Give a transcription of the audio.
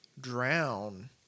drown